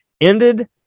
ended